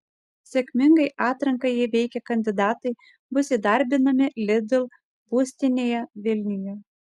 sėkmingai atranką įveikę kandidatai bus įdarbinami lidl būstinėje vilniuje